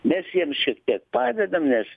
mes jiem šiek tiek padedam nes